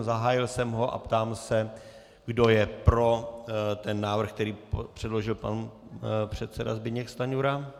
Zahájil jsem ho a ptám se, kdo je pro ten návrh, který předložil pan předseda Zbyněk Stanjura.